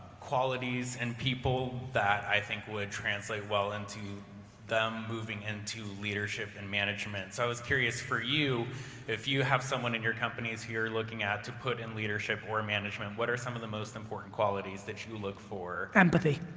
qualities in and people that i think would translate well into them moving into leadership and management. so i was curious for you if you have someone in your company who you're looking at to put in leadership or management, what are some of the most important qualities that you look for? empathy.